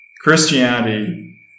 Christianity